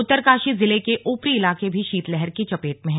उत्तरकाशी जिले के ऊपरी इलाके भी शीतलहर की चपेट में हैं